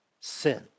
sin